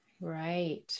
Right